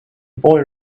boy